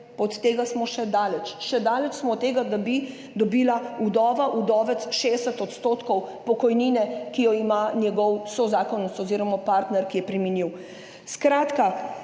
države OECD. Še daleč smo od tega, da bi dobila vdova, vdovec 60 % pokojnine, ki jo ima njegov sozakonec oziroma partner, ki je preminil. Skratka,